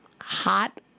Hot